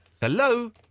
Hello